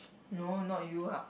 no not you ah